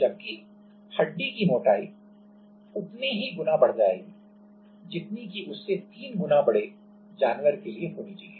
जबकि हड्डी की मोटाई उतने ही गुना बढ़ जाएगी जितनी कि उससे 3 गुना बड़े जानवर के लिए होनी चाहिए